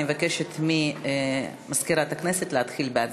אני מבקשת ממזכירת הכנסת להתחיל בהצבעה.